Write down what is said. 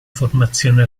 formazione